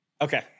Okay